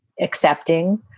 accepting